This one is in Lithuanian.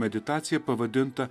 meditaciją pavadintą